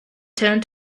turned